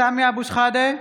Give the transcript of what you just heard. סמי אבו שחאדה,